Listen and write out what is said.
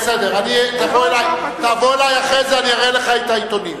תבוא אלי אחרי זה ואראה לך את העיתונים.